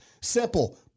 simple